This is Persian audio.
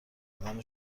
دادن